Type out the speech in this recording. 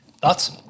Thoughts